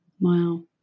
Wow